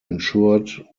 ensured